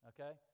Okay